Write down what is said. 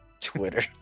Twitter